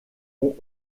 ont